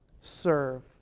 serve